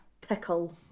pickle